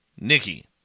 Nikki